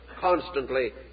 constantly